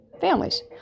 families